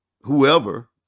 whoever